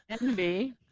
Envy